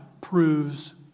proves